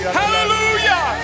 hallelujah